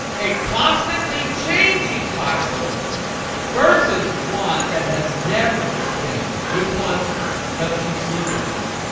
a constantly changing bible verses one that has never changed which one helps you sleep at night